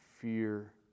fear